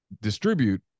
distribute